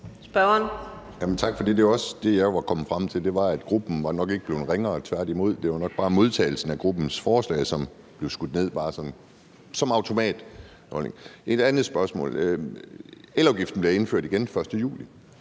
Tak for det. Det var også det, jeg var kommet frem til. Gruppen er nok ikke blevet ringere, tværtimod; det er nok bare modtagelsen af gruppens forslag, som bliver skudt ned bare sådan automatisk. Et andet spørgsmål er om elafgiften. Den bliver indført igen den 1. juli,